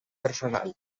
personal